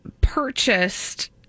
purchased